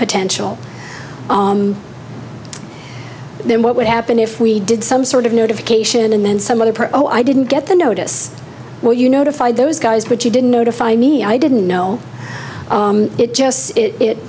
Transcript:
potential then what would happen if we did some sort of notification and then some other pro i didn't get the notice well you notified those guys but you didn't notify me i didn't know it just it